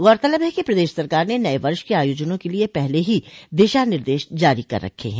गौरतलब है कि प्रदेश सरकार ने नये वर्ष के आयोजनों के लिये पहले ही दिशा निर्देश जारी कर रखे हैं